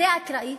זה אקראי?